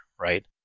right